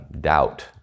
doubt